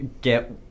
get